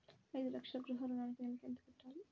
ఐదు లక్షల గృహ ఋణానికి నెలకి ఎంత కట్టాలి?